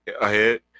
ahead